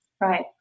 Right